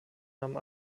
nahm